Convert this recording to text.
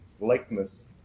likeness